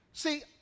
See